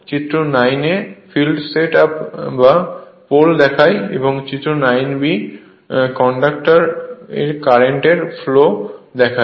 চিত্র 9a field set up বা pole দেখায় এবং চিত্র 9 b কন্ডাক্টর কারেন্ট এর ফ্লো দেখায়